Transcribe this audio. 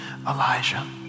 Elijah